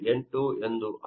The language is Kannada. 8 ಎಂದು ಅರ್ಥ